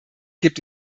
gibt